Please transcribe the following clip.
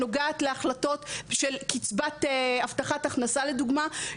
שנוגעת להחלטות של קצבת הבטחת הכנסה לדוגמה,